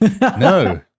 no